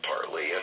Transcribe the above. partly